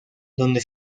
donde